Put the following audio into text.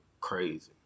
crazy